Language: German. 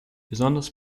besonders